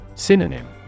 Synonym